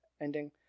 ending